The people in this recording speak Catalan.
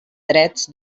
drets